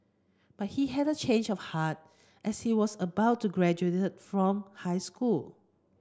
but he had a change of heart as he was about to graduate from high school